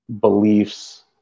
beliefs